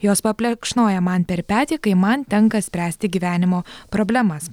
jos paplekšnoja man per petį kai man tenka spręsti gyvenimo problemas